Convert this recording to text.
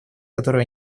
которое